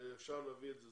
ואפשר להביא את זה,